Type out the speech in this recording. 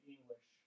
English